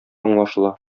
аңлашыла